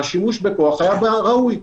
והשימוש בכוח היה ראוי.